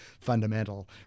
fundamental